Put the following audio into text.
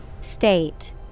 State